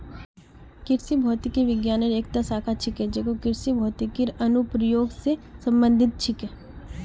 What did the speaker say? कृषि भौतिकी विज्ञानेर एकता शाखा छिके जेको कृषित भौतिकीर अनुप्रयोग स संबंधित छेक